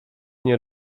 nie